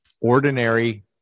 ordinary